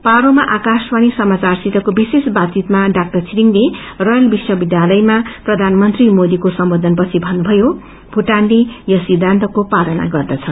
पारोमा आकाशवाणी सामाचारसितको विशेष बातचितमा डाक्टर छिरिङले रायल विश्वविध्यालयमा प्रधानमंत्री मोदीको सम्बोधनपछि भन्नुभयो भूटानले यस सिद्धान्तको पालना गर्दछ